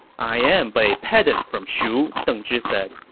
i am but a pedant from shu, deng zhi said.